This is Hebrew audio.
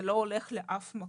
זה לא הולך לאף מקום.